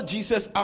Jesus